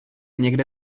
někde